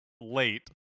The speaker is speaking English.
late